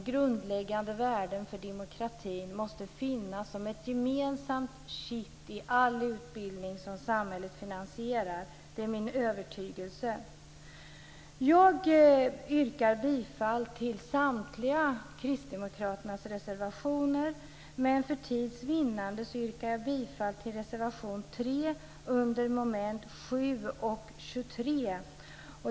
De grundläggande värdena i demokratin måste finnas som ett gemensamt kitt i all utbildning som samhället finansierar. Det är min övertygelse. Jag står bakom samtliga kristdemokraternas reservationer. Men för tids vinnande yrkar jag bifall endast till reservation 3 under mom. 7 och 23.